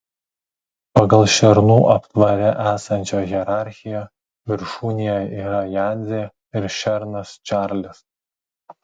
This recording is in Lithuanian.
pagal šernų aptvare esančią hierarchiją viršūnėje yra jadzė ir šernas čarlis